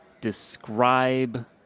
describe